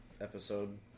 Episode